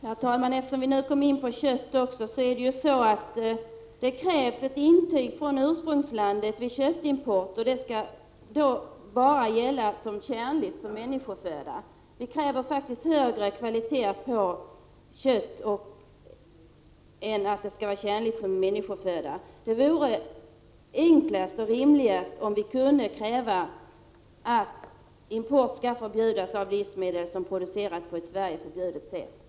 Herr talman! Eftersom vi nu kom in på kött vill jag säga att det vid köttimport krävs ett intyg från ursprungslandet, och det räcker med att köttet enligt det intyget är tjänligt som människoföda. Vi kräver faktiskt högre kvalitet än så på kött som är producerat i Sverige. Det vore enklast och rimligast att import av livsmedel som producerats på ett i Sverige förbjudet sätt förbjöds.